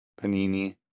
Panini